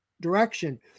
direction